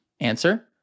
Answer